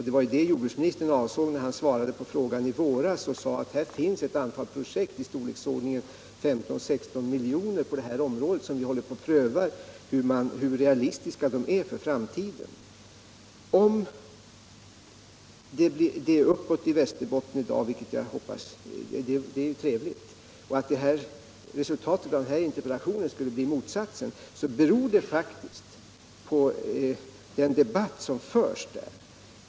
Det var det jordbruksministern avsåg när han svarade på frågan i våras och sade att det finns ett antal projekt i storleksordningen 15-16 miljoner i området, och vi håller på att pröva hur realistiska de är för framtiden. Om det är uppåt i Västerbotten i dag är det ju trevligt. Men om resultatet av svaret på interpellationen skulle bli motsatsen beror det faktiskt på den debatt som förs.